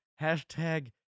hashtag